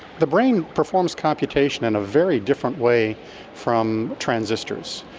the brain performs computation in a very different way from transistors.